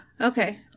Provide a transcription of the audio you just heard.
Okay